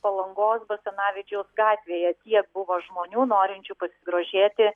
palangos basanavičiaus gatvėje tiek buvo žmonių norinčių pasigrožėti